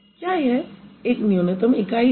क्या यह एक न्यूनतम इकाई है